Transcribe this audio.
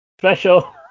special